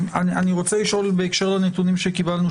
בהקשר לנתונים שקיבלנו,